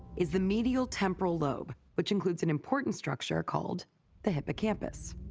is the medial temporal lobe, which includes an important structure called the hippocampus.